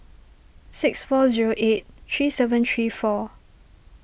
six four zero eight three seven three four